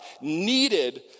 needed